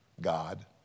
God